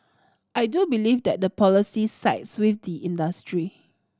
I do believe that the policy sides with the industry